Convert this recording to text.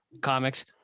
comics